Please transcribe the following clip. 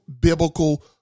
biblical